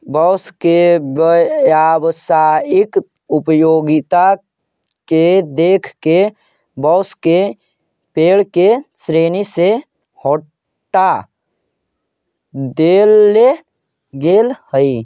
बाँस के व्यावसायिक उपयोगिता के देख के बाँस के पेड़ के श्रेणी से हँटा देले गेल हइ